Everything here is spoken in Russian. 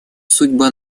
судьба